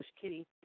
kitty